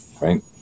right